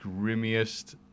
grimmiest